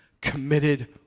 committed